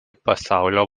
pasaulio